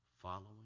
following